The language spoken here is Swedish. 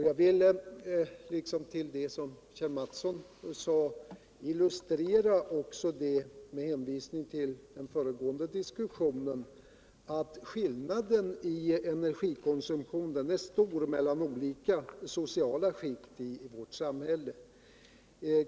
Jag vill till det Kjell Mattsson sade illustrera, med hänvisning till föregående diskussion, att skillnaden i energikonsumtion är stor mellan olika sociala skikt i vårt samhälle.